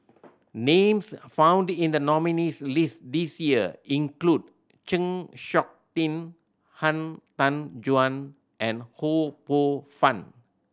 names found in the nominees' list this year include Chng Seok Tin Han Tan Juan and Ho Poh Fun